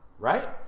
right